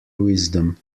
wisdom